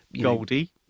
Goldie